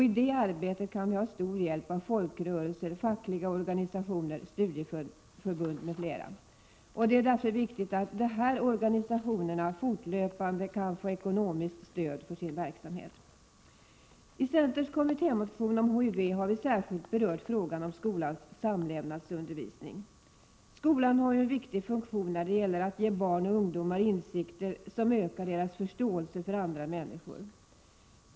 I det arbetet kan vi ha stor hjälp av folkrörelser, fackliga organisationer, studieförbund m.fl. Det är viktigt att de här organisationerna kan få fortlöpande ekonomiskt stöd för sin verksamhet. I centerns kommittémotion om HIV har vi särskilt berört frågan om skolans samlevnadsundervisning. Skolan har en viktig funktion när det gäller att ge barn och ungdomar insikter som ökar deras förståelse för andra människor.